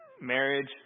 marriage